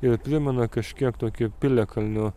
ir primena kažkiek tokį piliakalnio